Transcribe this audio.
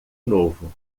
novo